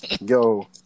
Yo